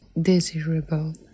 desirable